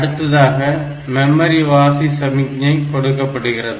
அடுத்ததாக மெமரி வாசி சமிக்ஞை கொடுக்கப்படுகிறது